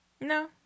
No